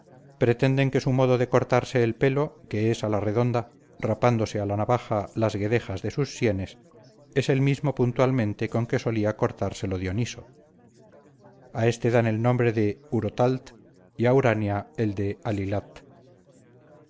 pretenden que su modo de cortarse el pelo que es a la redonda rapándose a navaja las guedejas de sus sienes es el mismo puntualmente con que solía cortárselo dioniso a este dan el nombre de urotalt y a urania el de